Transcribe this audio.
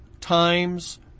times